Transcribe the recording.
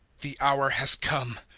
the hour has come.